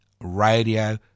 radio